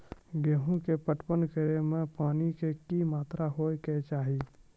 गेहूँ के पटवन करै मे पानी के कि मात्रा होय केचाही?